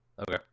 Okay